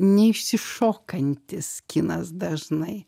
neišsišokantis kinas dažnai